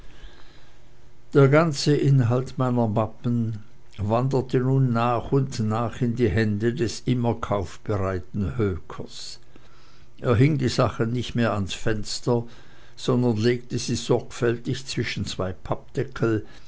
der ganze inhalt meiner mappen wanderte nun nach und nach in die hände des immer kaufbereiten hökers er hing die sachen nicht mehr ans fenster sondern legte sie sorgfältig zwischen zwei pappdeckel